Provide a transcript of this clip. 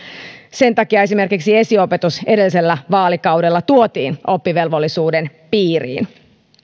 sen takia esimerkiksi esiopetus edellisellä vaalikaudella tuotiin oppivelvollisuuden piiriin